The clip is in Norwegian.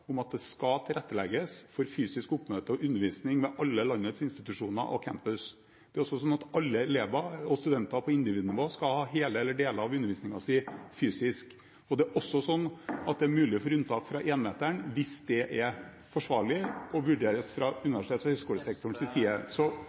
om at det skal tilrettelegges for fysisk oppmøte og undervisning ved alle landets institusjoner og campuser. Det er også slik at alle elever og studenter på individnivå skal ha hele eller deler av undervisningen sin fysisk. Det er også slik at det er mulighet for unntak fra én-meteren hvis det er forsvarlig